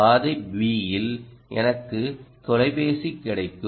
பாதை Bல் எனக்கு தொலைபேசி கிடைக்கும்